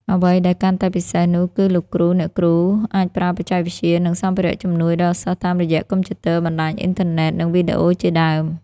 អ្វីដែលកាន់តែពិសេសនោះគឺលោកគ្រូអ្នកគ្រូអាចប្រើបច្ចេកវិទ្យា និងសម្ភារៈជំនួយដល់សិស្សតាមរយៈ កុំព្យូទ័រ បណ្ដាញអុីនធឺណេតនិងវីដេអូជាដើម។